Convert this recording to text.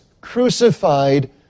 crucified